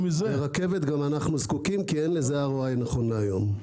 לרכבת גם אנחנו זקוקים כי אין לזה --- נכון להיום.